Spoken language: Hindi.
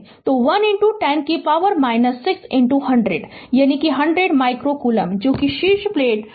तो 1 10 कि पावर 6 100 यानी 100 माइक्रो कूलम्ब जो कि शीर्ष प्लेट C1 पर संग्रहीत चार्ज है